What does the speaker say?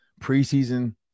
preseason